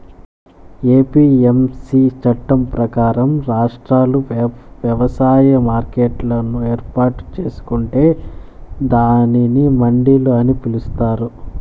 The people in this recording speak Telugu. ఎ.పి.ఎమ్.సి చట్టం ప్రకారం, రాష్ట్రాలు వ్యవసాయ మార్కెట్లను ఏర్పాటు చేసుకొంటే దానిని మండిలు అని పిలుత్తారు